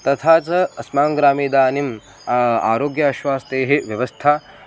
तथा च अस्माकं ग्रामे इदानीं आरोग्य आश्वास्तेः व्यवस्था